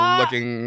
looking